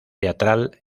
teatral